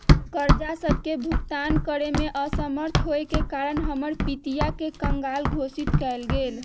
कर्जा सभके भुगतान करेमे असमर्थ होयेके कारण हमर पितिया के कँगाल घोषित कएल गेल